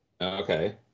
okay